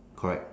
correct